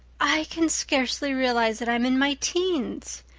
i can scarcely realize that i'm in my teens.